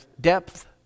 depth